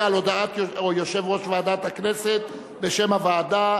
על הודעת יושב-ראש ועדת הכנסת בשם הוועדה.